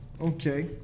Okay